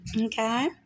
okay